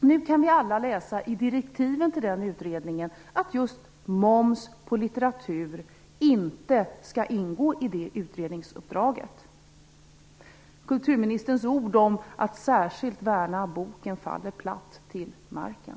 Nu kan vi alla läsa i direktiven till den utredningen att just moms på litteratur inte skall ingå i utredningsuppdraget. Kulturministerns ord om att särskilt värna boken faller platt till marken.